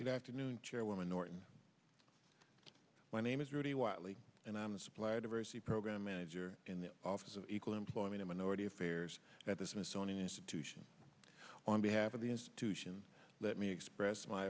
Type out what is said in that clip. good afternoon chairwoman norton my name is rudy wiley and i'm a supplier diversity program manager in the office of equal employment a minority affairs at the smithsonian institution on behalf of the institution let me express my